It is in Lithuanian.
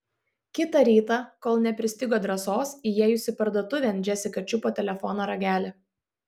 kitą rytą kol nepristigo drąsos įėjusi parduotuvėn džesika čiupo telefono ragelį